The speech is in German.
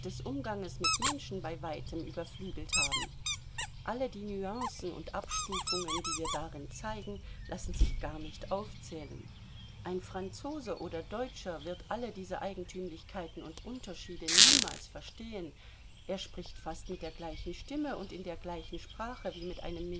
des umganges mit menschen bei weitem überflügelt haben alle die nuancen und abstufungen die wir darin zeigen lassen sich gar nicht aufzählen ein franzose oder deutscher wird alle diese eigentümlichkeiten und unterschiede niemals verstehen er spricht fast mit der gleichen stimme und in der gleichen sprache wie mit einem